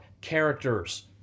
characters